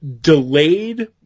Delayed